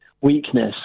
weakness